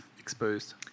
Exposed